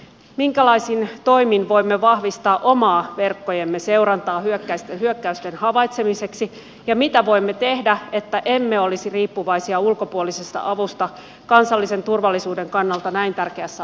minkälaisin toimin voimme vahvistaa omaa verkkojemme seurantaa hyökkäysten havaitsemiseksi ja mitä voimme tehdä että emme olisi riippuvaisia ulkopuolisesta avusta kansallisen turvallisuuden kannalta näin tärkeässä asiassa